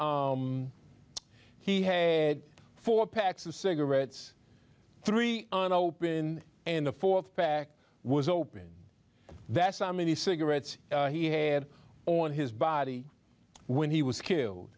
had he had four packs of cigarettes three on open and the th pack was open that's how many cigarettes he had on his body when he was killed